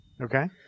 Okay